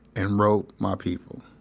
and wrote my people